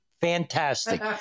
fantastic